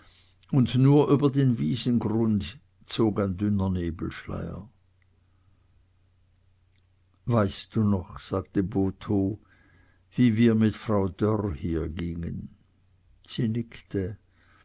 und nur über den wiesengrund zog ein dünner nebelschleier weißt du noch sagte botho wie wir mit frau dörr hier gingen sie nickte